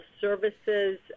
services